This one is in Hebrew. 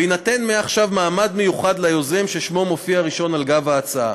ויינתן מעכשיו מעמד מיוחד ליוזם ששמו מופיע ראשון על גב ההצעה,